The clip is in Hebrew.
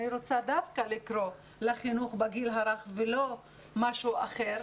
אני רוצה דווקא לדבר על החינוך בגיל הרך ולא על משהו אחר,